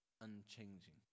unchanging